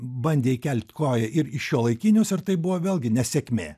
bandė įkelti koją ir į šiuolaikinius ir tai buvo vėlgi nesėkmė